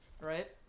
right